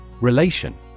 Relation